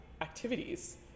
activities